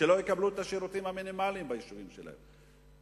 שלא יקבלו את השירותים המינימליים ביישובים שלהם.